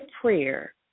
prayer